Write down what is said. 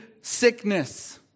sickness